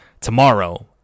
tomorrow